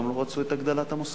אבל הם גם לא רצו את הגדלת המשכורת,